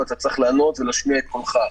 ואתה צריך לענות ולהשמיע את קולך,